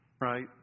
right